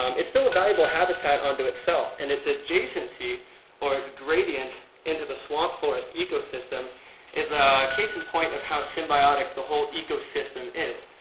um it's still a valuable habitat unto itself. and it's adjacency or it's gradient into the swamp forest ecosystem is a case in point of how symbiotic the whole ecosystem is.